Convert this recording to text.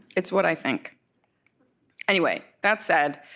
it's what i think anyway, that said,